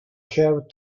have